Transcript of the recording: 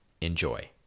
Enjoy